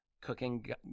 cooking